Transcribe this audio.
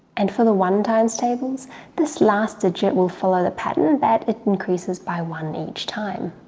and for the one times tables this last digit will follow the pattern that it increases by one each time.